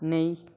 नेईं